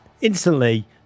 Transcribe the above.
instantly